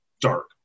dark